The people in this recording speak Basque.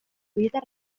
sobietar